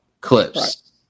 clips